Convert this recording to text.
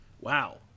wow